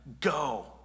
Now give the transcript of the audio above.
go